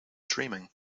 dreaming